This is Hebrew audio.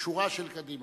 שורה של קדימה.